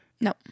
No